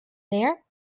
there